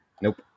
nope